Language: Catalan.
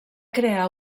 crear